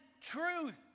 truth